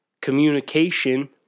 communication